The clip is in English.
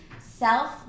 self